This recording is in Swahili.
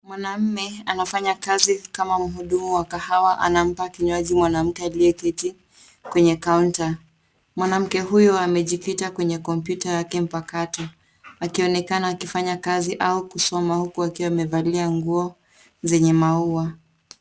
Mwanamume anafanya kazi kama mhudumu wa kahawa, anampa kinywaji mwanamke aliyeketi kwenye kaunta. Mwanamke huyu amejikita kwenye kompyuta yake mpakato akionekana akifanya kazi au kusoma huku akiwa amevalia nguo zenye maua.